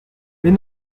mais